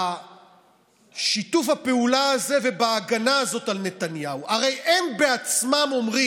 זעקי ארץ אהובה, נאנקת / אש מלחכת שדותייך.